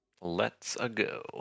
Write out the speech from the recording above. Let's-a-go